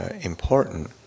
important